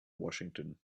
washington